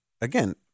again